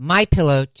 MyPillow